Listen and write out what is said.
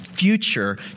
future